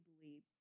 believe